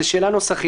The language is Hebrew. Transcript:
זו שאלה נוסחית.